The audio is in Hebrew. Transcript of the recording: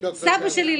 סבא שלי,